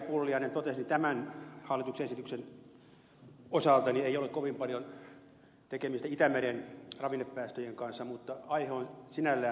pulliainen totesi tämän hallituksen esityksen osalta ei ole kovin paljon tekemistä itämeren ravinnepäästöjen kanssa mutta aihe on sinällään tärkeä